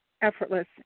Effortless